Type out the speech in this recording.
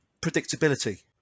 predictability